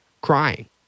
crying